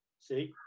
see